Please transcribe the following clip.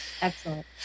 Excellent